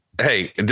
Hey